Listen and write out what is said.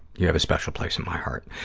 you have a special place in my heart.